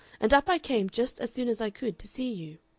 and up i came just as soon as i could to see you.